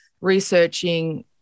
researching